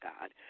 God